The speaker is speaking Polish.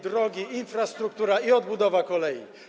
Drogi, infrastruktura i odbudowa kolei.